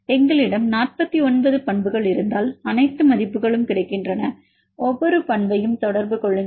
எங்களிடம் 49 பண்புகள் இருந்தால் அனைத்து மதிப்புகளும் கிடைக்கின்றன ஒவ்வொரு பண்பையும் தொடர்பு கொள்ளுங்கள்